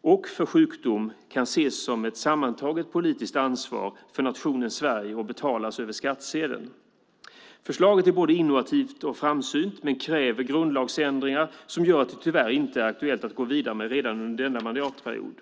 och för sjukdom kan ses som ett sammantaget politiskt ansvar för nationen Sverige och betalas över skattsedeln. Förslaget är både innovativt och framsynt, men det kräver grundlagsändringar, vilket gör att det tyvärr inte är aktuellt att gå vidare med det redan under denna mandatperiod.